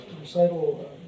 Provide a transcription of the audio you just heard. recital